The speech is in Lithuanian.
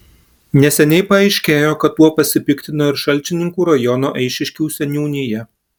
neseniai paaiškėjo kad tuo pasipiktino ir šalčininkų rajono eišiškių seniūnija